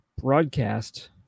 broadcast